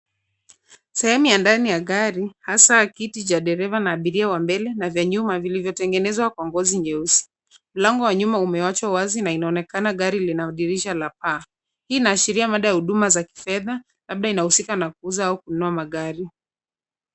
Sehemu ya ndani ya gari hasaa kiti cha dereva na abiria wa mbele na vya nyuma vilivyotengenezwa kwa ngozi nyeusi, mlango wa nyuma umewachwa wazi, na inaonekana gari lina dirisha la paa. Hii inaashiria mada ya huduma za kifedha, labda inahusika na kuuza au kununua magari.